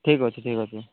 ଠିକ୍ ଅଛି ଠିକ୍ ଅଛି